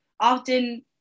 often